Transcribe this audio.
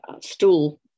stool